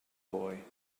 boy